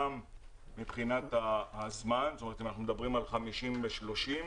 גם מבחינת הזמן אם אנחנו מדברים על "50 עד 30",